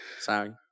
Sorry